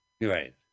Right